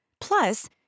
plus